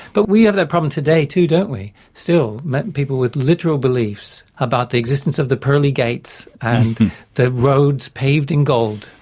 but we have that problem today too, don't we, still? people with literal beliefs about the existence of the pearly gates and the roads paved in gold,